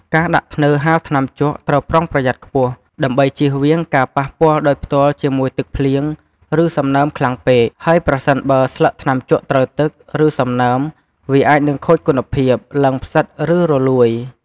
ការដាក់ធ្នើរហាលថ្នាំជក់ត្រូវប្រុងប្រយ័ត្នខ្ពស់ ដើម្បីជៀសវាងការប៉ះពាល់ដោយផ្ទាល់ជាមួយទឹកភ្លៀង ឬសំណើមខ្លាំងពេក ហើយប្រសិនបើស្លឹកថ្នាំជក់ត្រូវទឹក ឬសំណើម វាអាចនឹងខូចគុណភាព ឡើងផ្សិត ឬរលួយ។